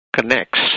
connects